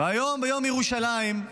והיום, ביום ירושלים,